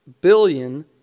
billion